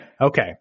Okay